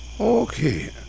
Okay